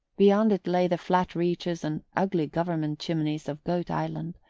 beyond it lay the flat reaches and ugly government chimneys of goat island,